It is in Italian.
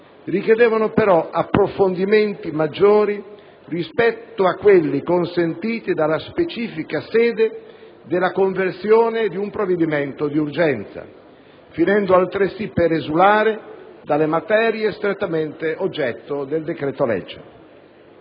richiedevano però approfondimenti maggiori rispetto a quelli consentiti dalla specifica sede della conversione di un provvedimento di urgenza, finendo altresì per esulare dalle materie strettamente oggetto del decreto-legge.